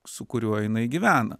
su kuriuo jinai gyvena